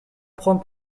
prendre